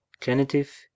Genitive